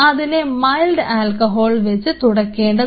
അതിനെ mild alcohol വെച്ച് തുടക്കേണ്ടതാണ്